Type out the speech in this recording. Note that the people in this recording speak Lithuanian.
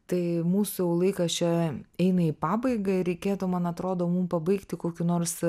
tai mūsų jau laikas čia eina į pabaigą reikėtų man atrodo mum pabaigti kokiu nors